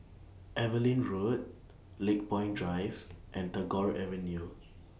Evelyn Road Lakepoint Drive and Tagore Avenue